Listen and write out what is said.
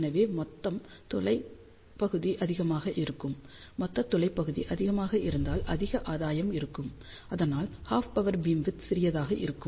எனவே மொத்தம் துளை பகுதி அதிகமாக இருக்கும் மொத்த துளை பகுதி அதிகமாக இருந்தால் அதிக ஆதாயம் இருக்கும் அதனால் ஹாஃப் பவர் பீம் விட்த் சிறியதாக இருக்கும்